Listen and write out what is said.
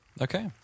Okay